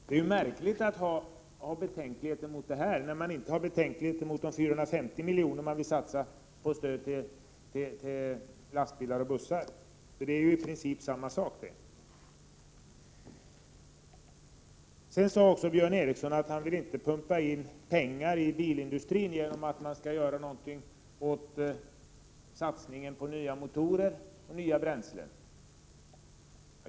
Det är märkligt att man kan ha betänkligheter mot det här, när man inte har några betänkligheter mot de 450 milj.kr. man vill satsa på stöd till lastbilar och bussar — det är ju i princip samma sak. Björn Ericson säger att han inte vill pumpa in pengar i bilindustrin genom att göra någonting åt satsningen på nya motorer och nya bränslen.